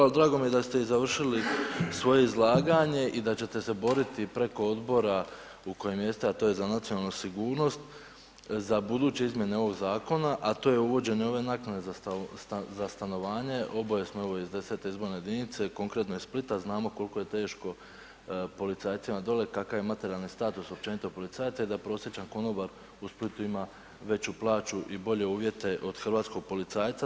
Ali, drago mi je da ste završili svoje izlaganje i da ćete se boriti preko odbora, u kojem jeste, a to je za nacionalnu sigurnost, za buduće izmjene ovog zakona, a to je uvođenje ove naknade za stanovanje, oboje smo evo iz 10. izborne jedinice, konkretno iz Splita i znamo koliko je teško policajcima dole, kakav je materijalni status općenito policajaca i da prosječan konobar u Splitu ima veću plaću i bolje uvjete od hrvatskog policajca.